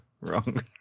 wrong